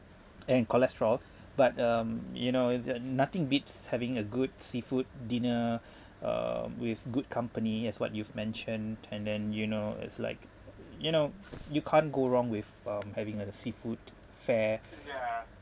and cholesterol but um you know is that nothing beats having a good seafood dinner uh with good company as what you've mentioned and then you know it's like you know you can't go wrong with um having a a seafood fair